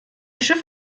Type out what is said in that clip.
schiff